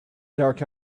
dark